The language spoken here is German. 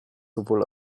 sowohl